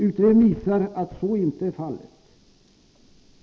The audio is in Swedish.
Utredningen visar att så inte är fallet.